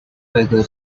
beggar